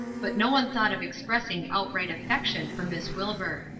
but no one thought of expressing outright affection for miss wilbur.